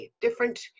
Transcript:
different